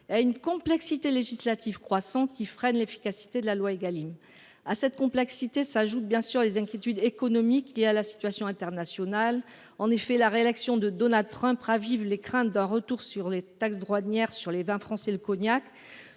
et à une complexité législative croissante, qui freinent l’efficacité de la loi Égalim. À cette complexité s’ajoutent des inquiétudes économiques liées à la situation internationale. En effet, la réélection de Donald Trump ravive les craintes d’un retour des taxes douanières sur les vins français et le cognac,